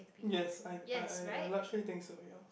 yes I I I I largely think so ya